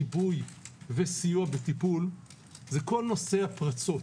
גיבוי וסיוע בטיפול זה כל נושא הפרצות.